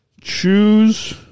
choose